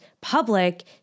public